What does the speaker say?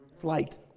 flight